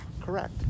correct